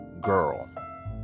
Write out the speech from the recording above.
girl